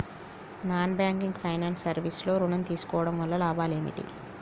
Non banking finance service లో ఋణం తీసుకోవడం వల్ల లాభాలు ఏమిటి?